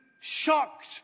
shocked